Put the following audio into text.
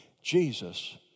Jesus